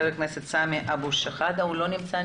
חבר הכנסת סמי אבו-שחאדה שלא נמצא,